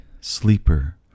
sleeper